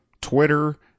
Twitter